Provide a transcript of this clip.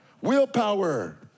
Willpower